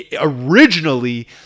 originally